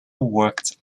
worked